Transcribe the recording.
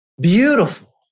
beautiful